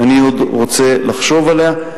שאני עוד רוצה לחשוב עליה.